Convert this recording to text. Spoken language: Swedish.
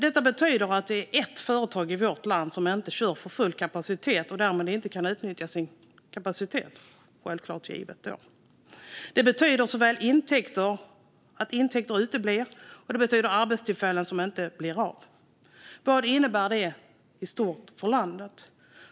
Detta betyder att det är ett företag i vårt land som inte kan köra med full kapacitet. Det betyder att intäkter uteblir och att arbetstillfällen inte blir av. Vad innebär det i stort för landet?